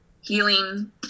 healing